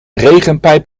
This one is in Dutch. regenpijp